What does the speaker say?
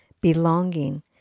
Belonging